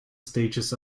stages